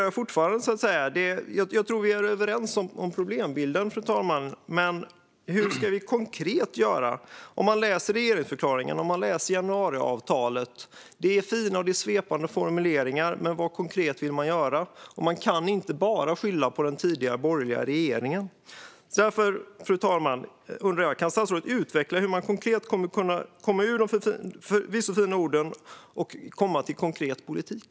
Jag tror att vi är överens om problembilden, fru talman, men jag funderar fortfarande. Hur ska man konkret göra? Om vi läser regeringsförklaringen och januariavtalet ser vi fina och svepande formuleringar, men vad vill man konkret göra? Man kan inte bara skylla på den tidigare borgerliga regeringen. Jag undrar därför, fru talman: Kan statsrådet utveckla hur man konkret kommer från de förvisso fina orden och till konkret politik?